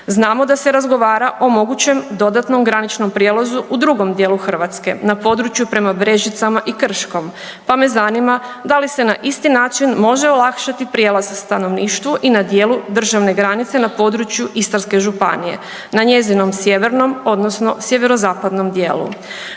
Znamo da se razgovara o mogućem dodatnom graničnom prijelazu u drugom djelu Hrvatske, na području prema Brežicama i Krškom pa me zanima da li se na isti način može olakšati prijelaz stanovništvu i na djelu državne granice na području Istarske županije, na njezinom sjevernom odnosno sjevero-zapadnom djelu.